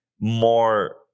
more